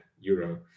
Euro